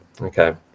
Okay